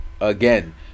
Again